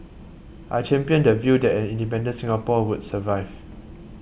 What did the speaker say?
I championed the view that an independent Singapore would survive